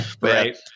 Right